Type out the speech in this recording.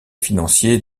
financiers